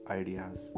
ideas